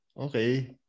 Okay